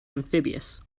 amphibious